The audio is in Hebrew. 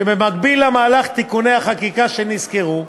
שבמקביל למהלך תיקוני החקיקה שנסקרו,